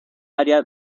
área